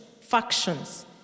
factions